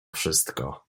wszystko